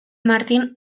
martin